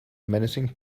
menacing